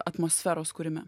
atmosferos kūrime taip